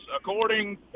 According